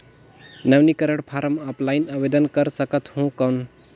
नवीनीकरण form offline आवेदन कर सकत हो कौन?